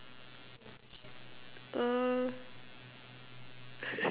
uh